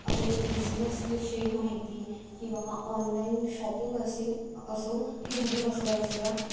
अनेक बिझनेसविषयी माहिती किंवा ऑनलाईन शॉपिंग असे असो मी घरी बसल्या बसल्या